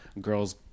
Girls